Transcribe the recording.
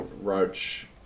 Roach